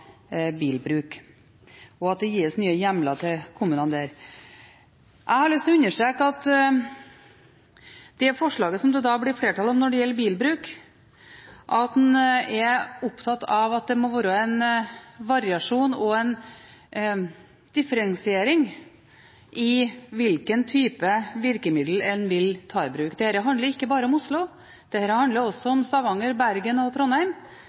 bilbruk, og at det gis nye hjemler til kommunene der. Jeg har lyst til å understreke at i det forslaget som det blir flertall for som gjelder bilbruk, er en opptatt av at det må være en variasjon og en differensiering med tanke på hvilken type virkemidler en vil ta i bruk. Dette handler ikke bare om Oslo, det handler også om Stavanger, Bergen og Trondheim,